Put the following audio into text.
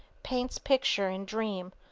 paints picture in dream,